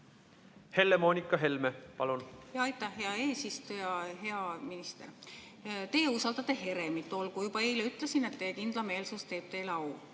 Helle-Moonika Helme, palun! Aitäh, hea eesistuja! Hea minister! Te usaldate Heremit, olgu. Juba eile ütlesin, et teie kindlameelsus teeb teile au.